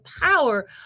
power